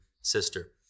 sister